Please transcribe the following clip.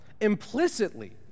Implicitly